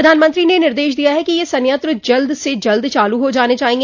प्रधानमंत्री ने निर्देश दिया है कि ये संयंत्र जल्द से जल्द चालू हो जाने चाहिए